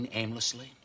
aimlessly